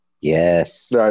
Yes